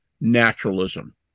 naturalism